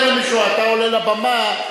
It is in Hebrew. אתה עולה לבמה,